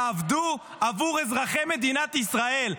תעבדו עבור אזרחי מדינת ישראל.